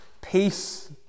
peace